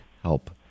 help